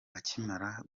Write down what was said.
akimara